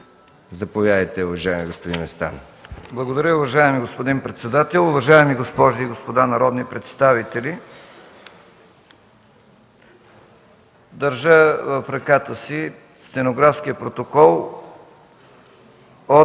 Заповядайте, уважаеми господин Местан.